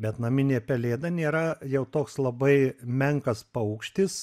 bet naminė pelėda nėra jau toks labai menkas paukštis